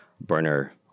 burner